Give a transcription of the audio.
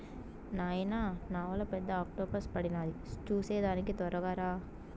నాయనా నావలో పెద్ద ఆక్టోపస్ పడినాది చూసేదానికి తొరగా రా